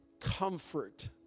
comfort